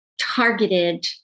targeted